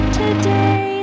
today